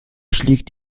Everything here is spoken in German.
schlägt